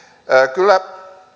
kyllä